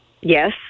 Yes